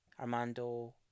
Armando